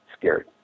scared